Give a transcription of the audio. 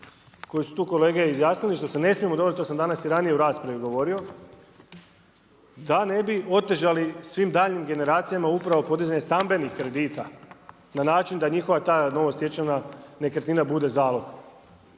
koji su tu kolege izjasnili što se ne smijemo dovesti, što sam danas i ranije u raspravi govorio, da ne bi otežali svim daljnjim generacijama upravo podizanjem stambenog kredita, na način da njihova ta novostečena nekretnina bude zalog.